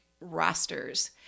rosters